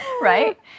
right